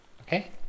Okay